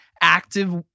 active